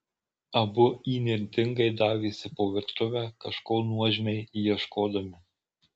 abu įnirtingai davėsi po virtuvę kažko nuožmiai ieškodami